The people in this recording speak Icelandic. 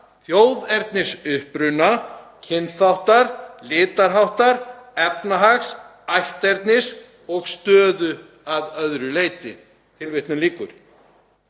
þjóðernisuppruna, kynþáttar, litarháttar, efnahags, ætternis og stöðu að öðru leyti.“ Já,